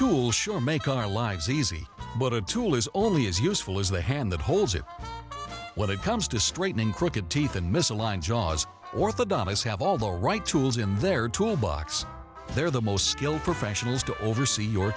tools sure make our lives easy but a tool is only as useful as the hand that holds it when it comes to straightening crooked teeth and misaligned jaws orthodoxies have all the right tools in their tool box they're the most skilled professionals to oversee your